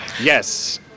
Yes